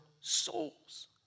souls